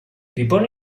people